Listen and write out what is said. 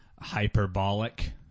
hyperbolic